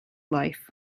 life